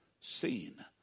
seen